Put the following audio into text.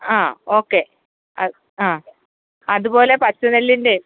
ആ ഓക്കെ അത് അ അതുപോലെ പച്ച നെല്ലിന്റെ